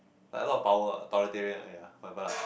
like a lot of power ah authoritarian ah ya whatever lah